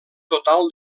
total